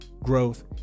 growth